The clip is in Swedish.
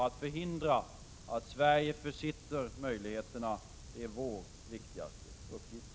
Att förhindra att Sverige försitter möjligheterna, det är vår viktigaste uppgift.